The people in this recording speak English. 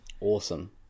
Awesome